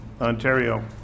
Ontario